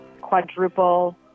quadruple